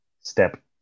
Step